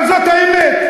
אבל זאת האמת,